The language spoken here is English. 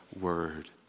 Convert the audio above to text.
word